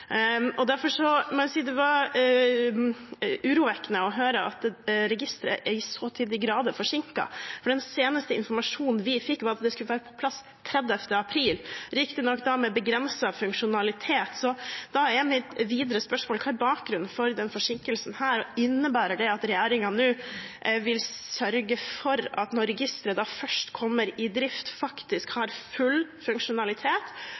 Derfor må jeg si det er urovekkende å høre at registeret er så til de grader forsinket. Den seneste informasjonen vi fikk, var at det skulle være på plass 30. april – riktignok med begrenset funksjonalitet. Da er mine videre spørsmål: Hva er bakgrunnen for denne forsinkelsen? Innebærer det at regjeringen nå vil sørge for at når registeret først kommer i drift, har det full funksjonalitet?